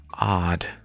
odd